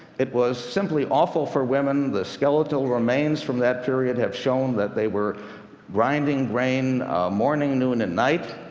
it was simply awful for women. the skeletal remains from that period have shown that they were grinding grain morning, noon and night.